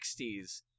60s